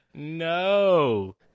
No